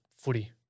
footy